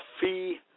fee